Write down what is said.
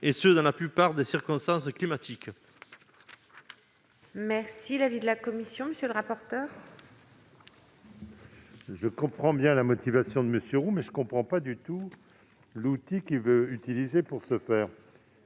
et ce dans la plupart des circonstances climatiques.